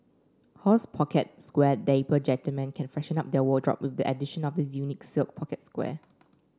horse pocket square Dapper gentleman can freshen up their wardrobe the addition of this unique silk pocket square